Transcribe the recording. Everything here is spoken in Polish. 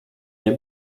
nie